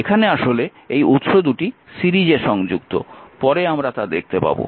এখানে আসলে এই উৎস দুটি সিরিজে সংযুক্ত পরে আমরা তা দেখতে পাব